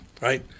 right